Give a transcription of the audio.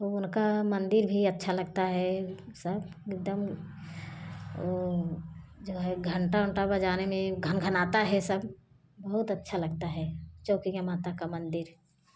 वो उनका मंदिर भी अच्छा लगता है सब एकदम ओ जो है घंटा उंटा बजाने में घनघनाता है सब बहुत अच्छा लगता है चौकिया माता का मंदिर